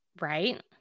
Right